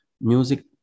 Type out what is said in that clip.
music